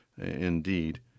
indeed